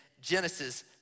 Genesis